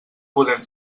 podem